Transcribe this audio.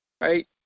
right